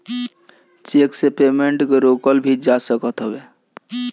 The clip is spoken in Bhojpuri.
चेक से पेमेंट के रोकल भी जा सकत हवे